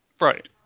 Right